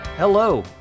Hello